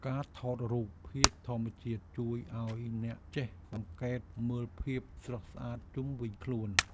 ការថតរូបភាពធម្មជាតិ ជួយឱ្យអ្នកចេះសង្កេតមើលភាពស្រស់ស្អាតជុំវិញខ្លួន។